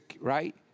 right